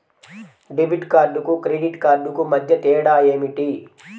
Debit కార్డుకు credit కార్డుకు మధ్య తేడా ఏమిటీ?